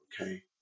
Okay